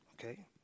okay